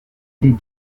des